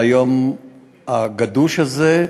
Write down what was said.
תודה על היום הגדוש הזה,